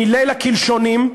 מליל הקלשונים,